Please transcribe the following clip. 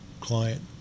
client